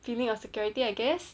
feeling of security I guess